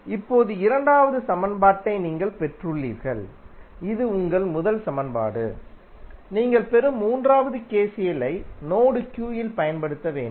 இப்போது இரண்டாவது சமன்பாட்டை நீங்கள் பெற்றுள்ளீர்கள் இது உங்கள் முதல் சமன்பாடு நீங்கள் பெறும் மூன்றாவது KCL ஐ நோடு Q இல் பயன்படுத்த வேண்டும்